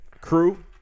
Crew